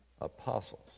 apostles